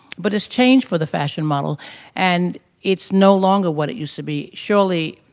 but it's changed for the fashion model and it's no longer what it used to be. surely